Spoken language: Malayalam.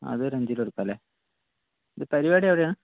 അതൊരു അഞ്ച് കിലോ എടുക്കാമല്ലേ ഇത് പരിപാടി എവിടെയാണ്